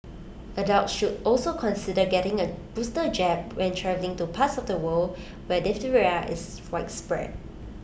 adults should also consider getting A booster jab when travelling to parts of the world where diphtheria is widespread